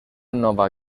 nova